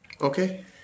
Okay